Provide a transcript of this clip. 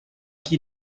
qui